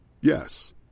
Yes